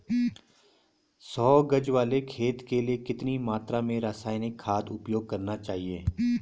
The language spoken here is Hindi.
सौ गज वाले खेत के लिए कितनी मात्रा में रासायनिक खाद उपयोग करना चाहिए?